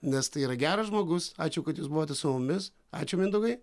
nes tai yra geras žmogus ačiū kad jūs buvote su mumis ačiū mindaugai